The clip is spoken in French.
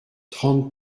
trente